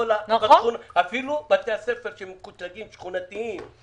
אפילו בתי הספר שמקוטלגים שכונתיים,